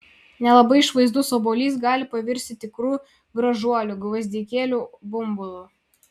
nelabai išvaizdus obuolys gali pavirsti tikru gražuoliu gvazdikėlių bumbulu